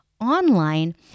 online